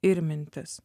ir mintis